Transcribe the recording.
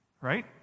right